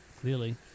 Clearly